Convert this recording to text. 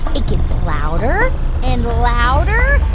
it gets louder and louder,